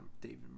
David